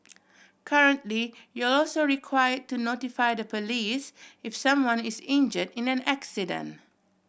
currently you're also require to notify the police if someone is injured in an accident